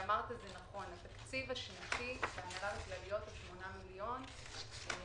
התקציב השנתי בהנהלה וכלליות הוא 8 מיליון שקל.